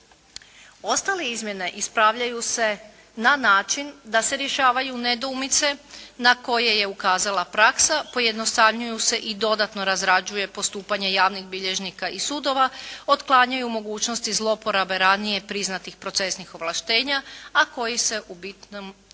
Ostale izmjene ispravljaju se na način da se rješavaju nedoumice na koje je ukazala praksa, pojednostavljuju se i dodatno razrađuje postupanje javnih bilježnika i sudova, otklanjaju mogućnosti zlouporabe ranije priznatih procesnih ovlaštenja, a koji se u bitnom